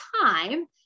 time